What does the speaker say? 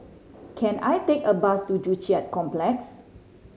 can I take a bus to Joo Chiat Complex